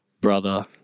brother